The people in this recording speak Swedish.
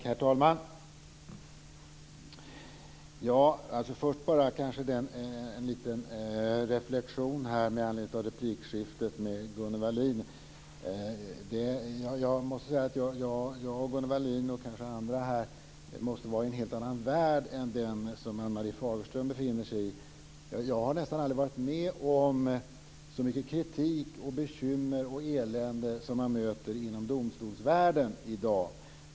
Herr talman! Först vill jag bara göra en liten reflexion med anledning av replikskiftet med Gunnel Wallin. Jag måste säga att jag och Gunnel Wallin verkar leva i en helt annan värld än den som Ann Marie Fagerström lever i. Jag har nästan aldrig varit med om så mycket kritik, bekymmer och elände som jag möter inom domstolsvärlden i dag.